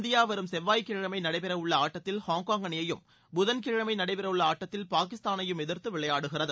India வரும் செவ்வாய்க்கிழமை நடைபெற உள்ள ஆட்டத்தில் ஹாய்காங் அணியையும் புதன்கிழமை நடைபெற உள்ள ஆட்டத்தில் பாகிஸ்தானையும் எதிர்த்து விளையாடுகிறது